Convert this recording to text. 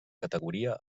categoria